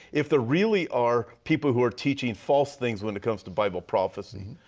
if there really are people who are teaching false things when it comes to bible prophecy.